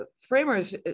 framers